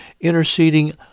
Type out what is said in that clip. interceding